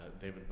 David